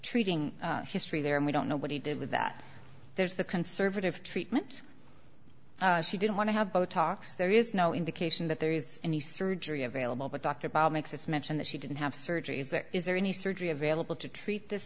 treating history there and we don't know what he did with that there's the conservative treatment she didn't want to have botox there is no indication that there is any surgery available but dr paul makes this mention that she didn't have surgery is there is there any surgery available to treat this